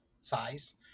size